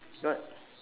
got